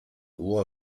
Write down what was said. ohr